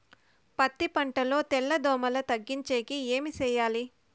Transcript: పత్తి పంటలో తెల్ల దోమల తగ్గించేకి ఏమి చేయాలి?